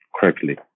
correctly